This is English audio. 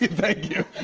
thank you.